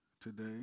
today